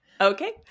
Okay